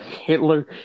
Hitler